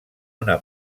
una